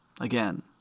Again